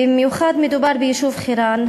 במיוחד מדובר ביישוב חירן,